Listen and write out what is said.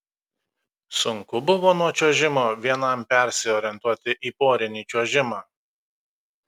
sunku buvo nuo čiuožimo vienam persiorientuoti į porinį čiuožimą